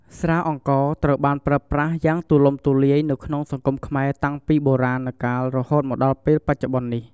ស្រាអង្ករត្រូវបានប្រើប្រាស់យ៉ាងទូលំទូលាយនៅក្នុងសង្គមខ្មែរតាំងពីបុរាណរកាលរហូតមកដល់ពេលបច្ចុប្បន្ននេះ។